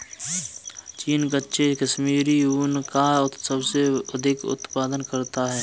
चीन कच्चे कश्मीरी ऊन का सबसे अधिक उत्पादन करता है